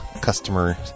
customer